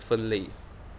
分类